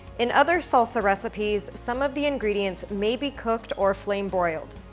in other salsa recipes, some of the ingredients may be cooked or flame broiled.